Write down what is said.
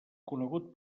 conegut